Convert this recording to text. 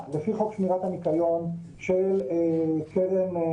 לסוגיית התמיכה של המשרד בארגוני החברה,